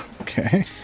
Okay